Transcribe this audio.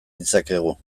ditzakegu